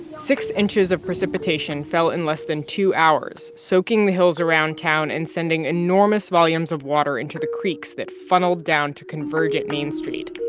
six inches of precipitation fell in less than two hours, soaking the hills around town and sending enormous volumes of water into the creeks that funneled down to converge at main street